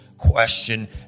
question